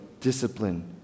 discipline